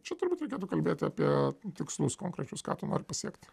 čia turbūt reikėtų kalbėti apie tikslus konkrečius ką tu nori pasiekti